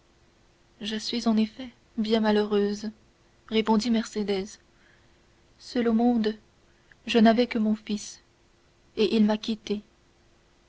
je suis en effet bien malheureuse répondit mercédès seule au monde je n'avais que mon fils et il m'a quittée